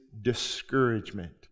discouragement